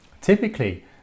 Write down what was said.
typically